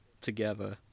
together